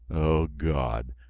o god!